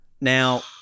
Now